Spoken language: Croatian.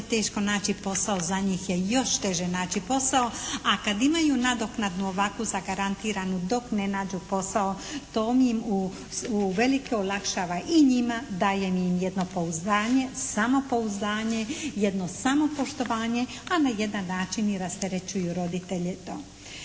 teško naći posao, za njih je još teže naći posao a kad imaju nadoknadu ovakvu zagarantiranu dok ne nađu posao to im uvelike olakšava i njima, daje im jedno pouzdanje, samopouzdanje, jedno samopoštovanje a na jedan način i rasterećuju roditelje toga.